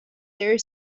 their